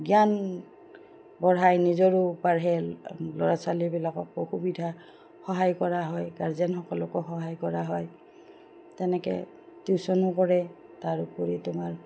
জ্ঞান বঢ়াই নিজৰো বাঢ়ে ল'ৰা ছোৱালীবিলাকক অসুবিধা সহায় কৰা হয় গাৰ্জেনসকলকো সহায় কৰা হয় তেনেকৈ টিউশনো কৰে তাৰপৰি তোমাৰ